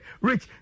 Rich